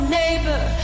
neighbor